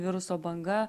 viruso banga